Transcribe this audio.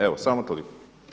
Evo samo toliko.